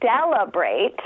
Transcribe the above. celebrate